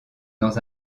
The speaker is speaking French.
dans